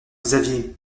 xavier